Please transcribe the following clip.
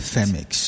Femix